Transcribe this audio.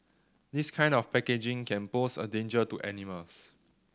this kind of packaging can pose a danger to animals